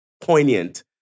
poignant